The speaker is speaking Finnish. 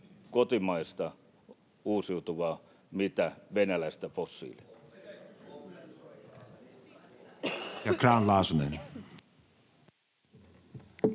kotimaista uusiutuvaa kuin venäläistä fossiilia.